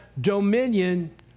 dominion